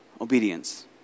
obedience